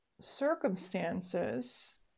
circumstances